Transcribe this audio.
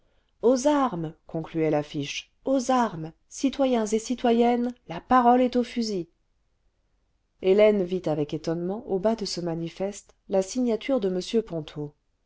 aux armes concluait l'affiche aux armes citoyens et citoyennes la parole est aux fusils scenes pittoresques de la revolution de igij la garde des barricades hélène vit avec étonnement au bas de ge manifeste la signature de m ponto